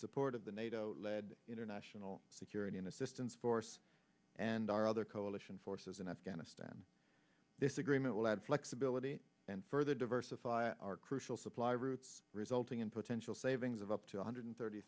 support of the nato led international security and assistance force and our other coalition forces in afghanistan this agreement will add flexibility and further diversify our crucial supply routes resulting in potential savings of up to one hundred thirty